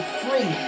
free